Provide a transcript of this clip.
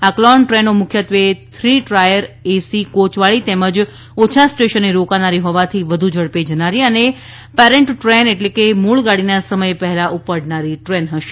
આ ક્લોન ટ્રેનો મુખ્યત્વે થ્રી ટાયર એસી કોયવાળી તેમજ ઓછા સ્ટેશને રોકાનારી હોવાથી વધુ ઝડપે જનારી અને પેરેન્ટ ટ્રેન એટલે કે મૂળ ગાડીના સમય પહેલા ઉપડનારી ટ્રેન હશે